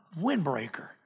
windbreaker